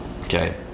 okay